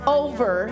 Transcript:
over